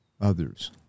others